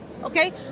Okay